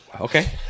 Okay